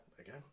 again